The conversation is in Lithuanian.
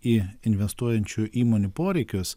į investuojančių įmonių poreikius